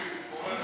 ההצעה